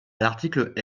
l’article